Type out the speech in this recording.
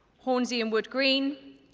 hornsey and wood green.